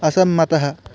असम्मतः